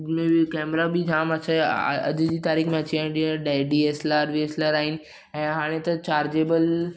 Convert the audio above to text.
Mivi camera बि जामु अचया आ अॼु जी तारीख़ में अची आहिनि जीअं डै डि एस लार वि एस लार आहिनि ऐं हाणे त चार्जेबल